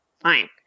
fine